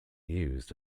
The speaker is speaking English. used